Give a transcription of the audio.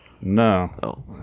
No